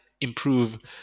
improve